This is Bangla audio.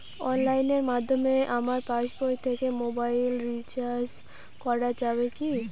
অনলাইনের মাধ্যমে আমার পাসবই থেকে মোবাইল রিচার্জ করা যাবে কি?